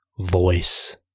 voice